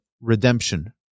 redemption